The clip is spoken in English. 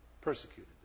Persecuted